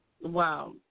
Wow